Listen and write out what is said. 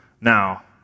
Now